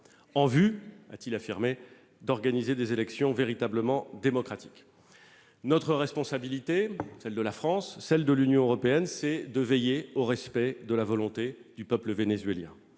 en vue, a-t-il affirmé, d'organiser des élections véritablement démocratiques. Notre responsabilité, celle de la France et celle de l'Union européenne, est de veiller au respect de la volonté du peuple vénézuélien.